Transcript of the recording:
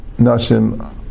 Nashim